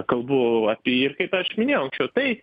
kalbu apie ir kaip aš minėjau anksčiau tai